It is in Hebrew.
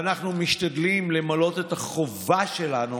ואנחנו משתדלים למלא את החובה שלנו